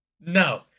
No